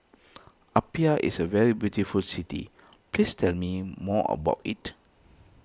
Apia is a very beautiful city please tell me more about it